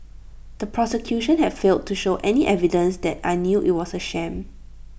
the prosecution has failed to show any evidence that I knew IT was A sham